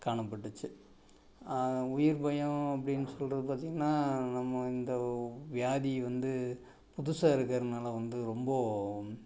காணப்பட்டுச்சு உயிர் பயம் அப்படின்னு சொல்வது பார்த்தீங்கனா நம்ம இந்த வியாதி வந்து புதுசாக இருக்கிறனால வந்து ரொம்ப